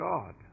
God